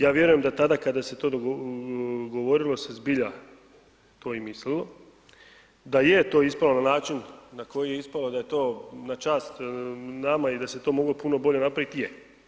Ja vjerujem da tada kada se to govorilo se zbilja to i mislilo, da je to ispalo na način na koji je ispalo, da je to na čast nama i da se to moglo puno bolje napravit, je.